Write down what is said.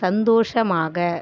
சந்தோஷமாக